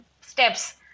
steps